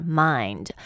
mind